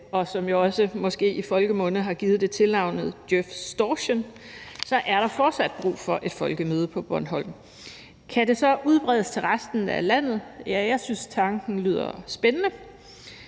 hvilket jo i folkemunde har givet det tilnavnet Djøfstortion, så er der fortsat brug for et folkemøde på Bornholm. Kan det så udbredes til resten af landet? Ja, jeg synes, tanken lyder spændende.